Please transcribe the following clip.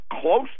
close